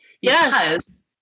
Yes